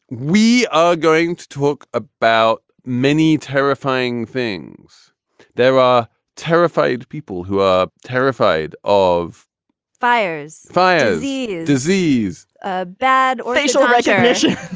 we are going to talk about many terrifying things there are terrified people who are terrified of fires, fires, yeah disease, ah bad facial recognition